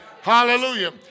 Hallelujah